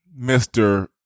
mr